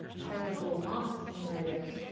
friendly little moth in my room.